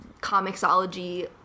comicsology